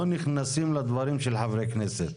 לא נכנסים לדברים של חברי הכנסת.